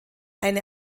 eine